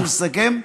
אני מסכם,